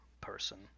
person